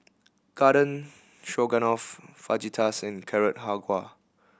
Garden Stroganoff Fajitas and Carrot Halwa